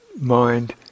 Mind